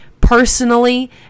personally